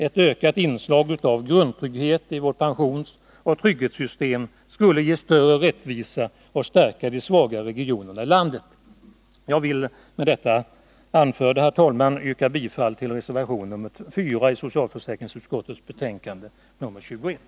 Ett ökat inslag av grundtrygghet i vårt pensionsoch trygghetssystem skulle ge större rättvisa och stärka de svagare regionerna i landet. Jag ber med det anförda, herr talman, att få yrka bifall till reservation 4 vid socialförsäkringsutskottets betänkande nr 21.